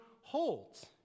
holds